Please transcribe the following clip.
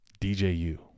DJU